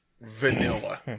vanilla